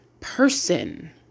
person